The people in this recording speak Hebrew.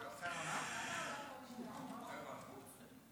שר התות.